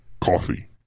coffee